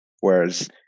Whereas